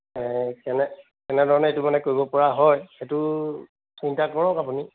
কেনে কেনেধৰণে এইটো মানে কৰিব পৰা হয় সেইটো চিন্তা কৰক আপুনি